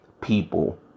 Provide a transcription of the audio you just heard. people